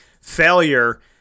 failure